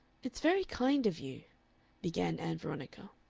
it's very kind of you began ann veronica.